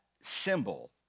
symbol